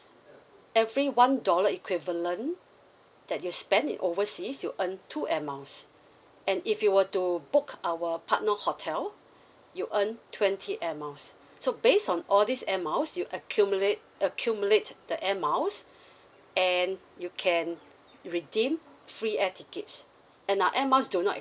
every one dollar equivalent that you spend in overseas you earn two Air Miles and if you were to book our partner hotel you earn twenty Air Miles so based on all these Air Miles you accumulate accumulate the Air Miles and you can redeem free air tickets and our Air Miles do not